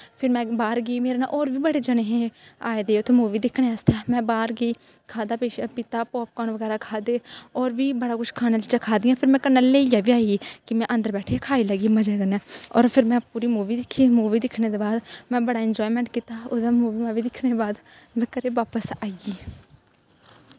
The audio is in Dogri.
फिर में बाह्र गेई मेरै नै होर बी बड़े जने हे आए दे उत्थै मूवी दिक्खनें आस्तै में बाह्र गेई खाद्धा पीत्ता पॉपकोर्न बगैरा खाद्धे होर बी बड़ा किश खाने च खाद्धा कन्नै लेइयै बी आई गेई कि में अन्दर बैठियै खाई लैगी मज़े कन्नै और फिर में पूरी मूवी दिक्खी मूवी दिक्खने दे बाद में बड़ा इंजायमैंट कीता ओह्दा मूवी दिक्खने दा में घरे गी बापस आई गेई